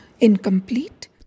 incomplete